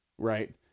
Right